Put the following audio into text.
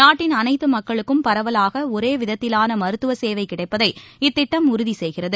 நாட்டின் அனைத்து மக்களுக்கும் பரவலாக ஒரே விதத்திலான மருத்துவ சேவை கிடைப்பதை இத்திட்டம் உறுதி செய்கிறது